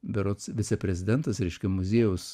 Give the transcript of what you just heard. berods viceprezidentas reiškia muziejaus